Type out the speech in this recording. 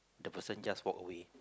the person just walk away